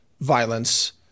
violence